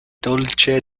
dolĉe